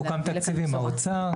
סוכם תקציב עם האוצר.